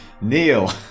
Neil